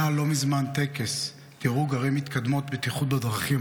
היה לא מזמן טקס דירוג ערים מקדמות בטיחות בדרכים.